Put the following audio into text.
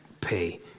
pay